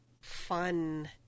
fun